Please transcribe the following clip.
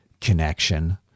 connection